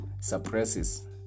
suppresses